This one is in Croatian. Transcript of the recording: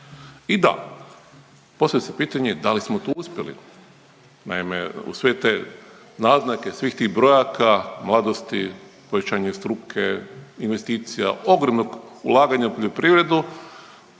I da, postavlja se pitanje da li smo to uspjeli? Naime, uz sve te naznake svih tih brojaka, mladosti, pojačanje struke, investicija, ogromnog ulaganja u poljoprivredu